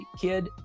kid